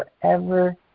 forever